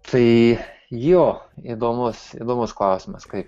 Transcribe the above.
tai jo įdomus įdomus klausimas kaip